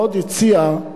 עוד הציעה הממשלה,